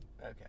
Okay